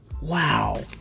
Wow